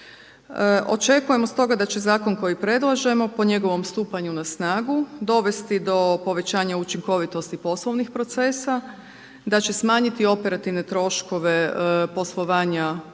Očekujemo stoga da će zakon koji predlažemo po njegovom stupanju na snagu dovesti do povećanja učinkovitosti poslovnih procesa, da će smanjiti operativne troškove poslovanja poduzeća